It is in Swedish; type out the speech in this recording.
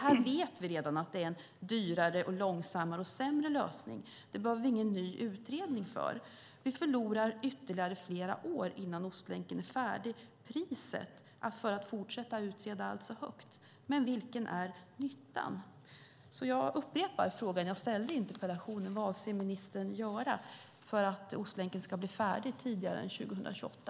Vi vet redan att det är en dyrare, långsammare och sämre lösning. Det behöver vi ingen ny utredning för. Vi förlorar flera år ytterligare innan Ostlänken är färdig. Priset för att fortsätta att utreda är alltså högt. Vilken är nyttan? Jag upprepar därför den fråga jag ställde i interpellationen: Vad avser ministern att göra för att Ostlänken ska bli färdig tidigare än 2028?